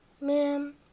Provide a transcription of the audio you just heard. Ma'am